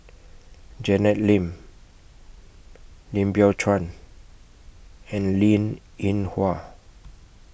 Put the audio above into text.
Janet Lim Lim Biow Chuan and Linn in Hua